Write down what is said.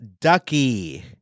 Ducky